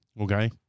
okay